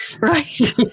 right